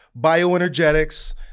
bioenergetics